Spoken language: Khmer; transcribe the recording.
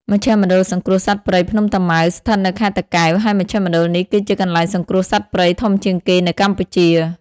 មជ្ឈមណ្ឌលសង្គ្រោះសត្វព្រៃភ្នំតាម៉ៅ ស្ថិតនៅខេត្តតាកែវ ហើយមជ្ឈមណ្ឌលនេះគឺជាកន្លែងសង្គ្រោះសត្វព្រៃធំជាងគេនៅកម្ពុជា។